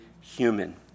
human